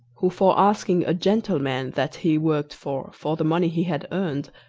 who, for asking a gentleman that he worked for for the money he had earned,